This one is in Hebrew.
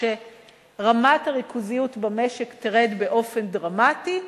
שרמת הריכוזיות במשק תרד באופן דרמטי,